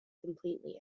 completely